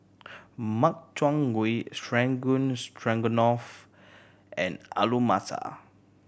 Makchang Gui Strogan Stroganoff and Alu Matar